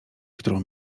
którą